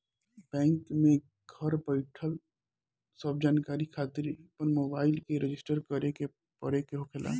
bank में घर बईठल सब जानकारी खातिर अपन मोबाईल के रजिस्टर करे के पड़े के होखेला